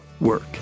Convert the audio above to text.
work